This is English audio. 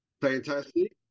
fantastic